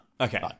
okay